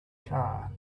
car